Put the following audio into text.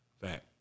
Fact